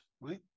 right